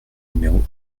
numéro